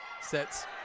Sets